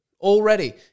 already